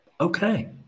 Okay